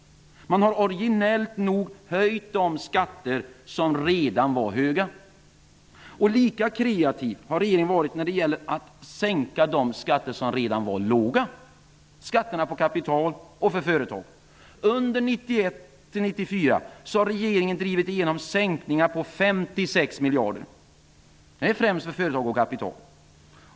Orginellt nog har man höjt de skatter som redan var höga. Lika kreativ har regeringen varit när det gäller att sänka de skatter som redan var låga, skatterna på kapital och för företag. Under 1991--1994 har regeringen drivit igenom sänkningar på 56 miljarder, främst för företag och kapital.